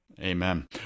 Amen